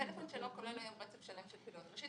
הפלאפון שלו כולל היום רצף שלם --- ראשית,